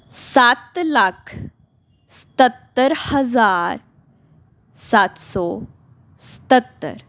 ਸੱਤ ਲੱਖ ਸਤੱਤਰ ਹਜ਼ਾਰ ਸੱਤ ਸੌ ਸਤੱਤਰ